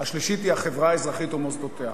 השלישית היא החברה האזרחית ומוסדותיה,